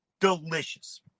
Delicious